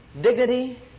dignity